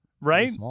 right